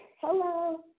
hello